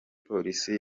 polisi